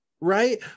right